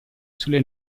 sulle